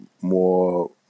more